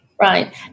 Right